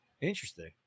interesting